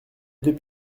deux